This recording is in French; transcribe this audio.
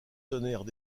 donnèrent